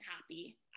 happy